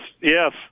yes